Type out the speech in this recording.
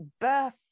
birth